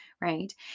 right